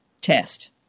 test